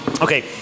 Okay